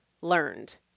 learned